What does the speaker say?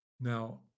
now